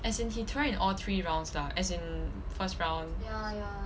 as in he try in all three rounds lah as in first round